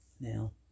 Now